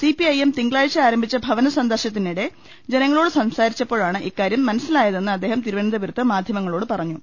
CPIM തിങ്കളാഴ്ച ആരംഭിച്ച ഭവന സന്ദർശനത്തിനിടെ ജനങ്ങളോട് സംസാരിച്ചപ്പോഴാണ് ഇക്കാര്യം മനസ്സിലായതെന്ന് അദ്ദേഹം തിരുവനന്തപുരത്ത് മാധ്യമങ്ങളോട് പറഞ്ഞു